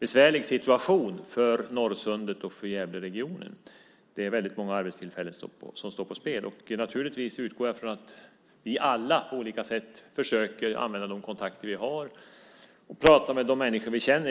besvärlig situation för Norrsundet och Gävleregionen. Många arbetstillfällen står på spel. Jag utgår ifrån att vi alla på olika sätt försöker använda de kontakter vi har och pratar med de människor vi känner.